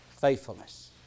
faithfulness